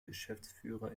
geschäftsführer